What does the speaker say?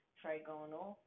trigonal